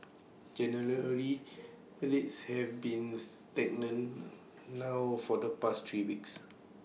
generally have been stagnant now for the past three weeks